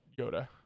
Yoda